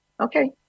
okay